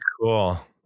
cool